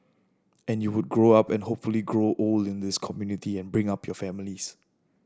and you would grow up and hopefully grow old in this community and bring up your families